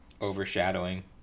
overshadowing